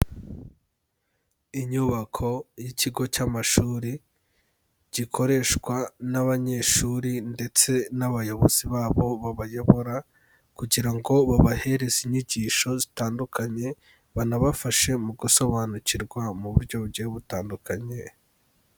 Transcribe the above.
Inyubako y'ikigo cy'amashuri gikoreshwa n'abanyeshuri, ndetse n'abayobozi babo babayobora, kugira ngo babahereze inyigisho zitandukanye, banabafashe mu gusobanukirwa mu buryo bugiye butandukanye.